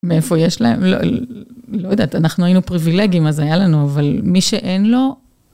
מאיפה יש להם, לא יודעת, אנחנו היינו פריווילגיים, אז היה לנו, אבל מי שאין לו...